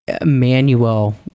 Emmanuel